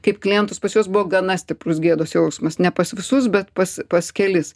kaip klientus pas juos buvo gana stiprus gėdos jausmas ne pas visus bet pas pas kelis